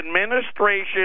administration